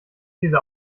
diese